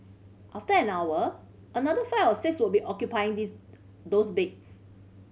after an hour another five or six will be occupying these those beds